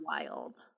wild